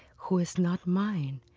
who is not mine,